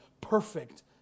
perfect